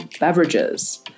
beverages